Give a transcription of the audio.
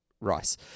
rice